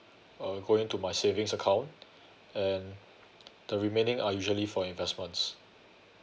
uh going to my savings account and the remaining are usually for investments